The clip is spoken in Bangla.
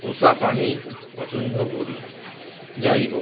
পোষা প্রাণী পছন্দ করি যাই হোক